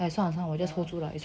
!aiya! 算了算了我 just 放着啊